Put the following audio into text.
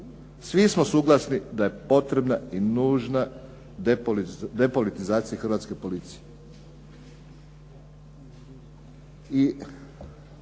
svi smo suglasni da je potrebna i nužna depolitizacija hrvatske policije.